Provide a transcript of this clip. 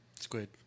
Squid